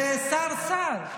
זה שר-שר.